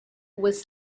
was